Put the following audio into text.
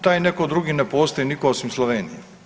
Taj netko drugi ne postoji nitko osim Slovenije.